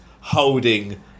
holding